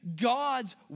God's